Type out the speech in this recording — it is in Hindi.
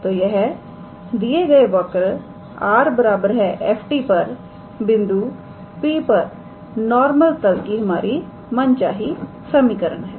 तो यह दिए गए वक्र 𝑟⃗ 𝑓⃗𝑡 पर बिंदु P पर नॉर्मल तल की हमारी मनचाही समीकरण है